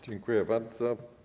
Dziękuję bardzo.